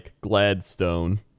Gladstone